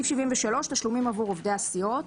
"תשלומים עבור עובדי הסיעות